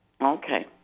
Okay